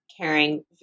caring